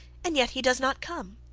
and yet he does not come.